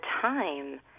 time